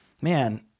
man